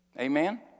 Amen